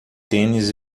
tênis